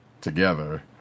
together